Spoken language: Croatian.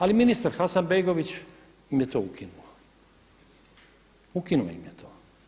Ali ministar Hasanbegović im je to ukinuo, ukinuo im je to.